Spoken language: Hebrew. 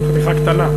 חתיכה קטנה.